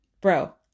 Bro